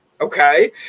Okay